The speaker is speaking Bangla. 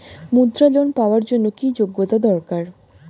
মুদ্রা লোন পাওয়ার জন্য কি যোগ্যতা দরকার?